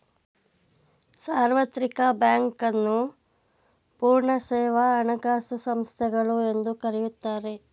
ಸಾರ್ವತ್ರಿಕ ಬ್ಯಾಂಕ್ ನ್ನು ಪೂರ್ಣ ಸೇವಾ ಹಣಕಾಸು ಸಂಸ್ಥೆಗಳು ಎಂದು ಕರೆಯುತ್ತಾರೆ